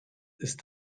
ist